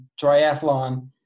triathlon